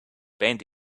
bend